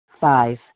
Five